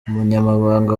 umunyamabanga